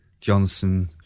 Johnson